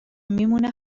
میمونه